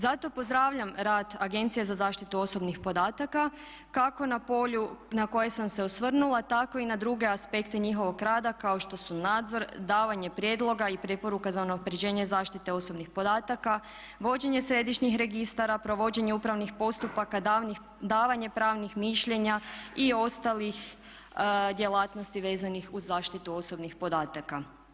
Zato pozdravljam rad Agencije za zaštitu osobnih podataka kako na polju na koje sam se osvrnula, tako i na druge aspekte njihovog rada kao što su nadzor, davanje prijedloga i preporuka za unapređenje zaštite osobnih podataka, vođenje središnjih registara, provođenje upravnih postupaka, davanje pravnih mišljenja i ostalih djelatnosti vezanih uz zaštitu osobnih podataka.